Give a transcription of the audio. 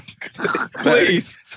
Please